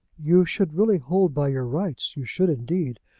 you should really hold by your rights you should, indeed.